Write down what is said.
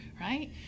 right